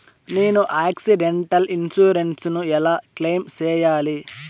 నేను accidental insurance ను ఎలా క్లెయిమ్ సేయాలి?